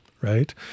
Right